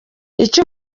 icyo